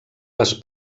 les